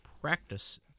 practice